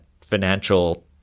financial